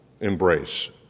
embrace